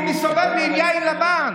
והוא מסתובב לי עם יין לבן.